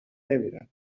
نمیرم